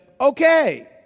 okay